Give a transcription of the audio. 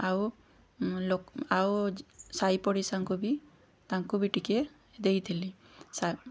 ଆଉ ଲୋକ ଆଉ ସାଇପଡ଼ିଶାଙ୍କୁ ବି ତାଙ୍କୁ ବି ଟିକିଏ ଦେଇଥିଲି ସା